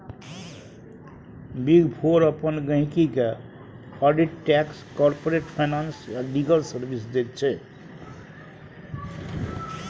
big four अपन गहिंकी केँ आडिट टैक्स, कारपोरेट फाइनेंस आ लीगल सर्विस दैत छै